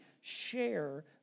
share